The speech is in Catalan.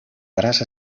braç